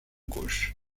gauche